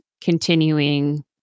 continuing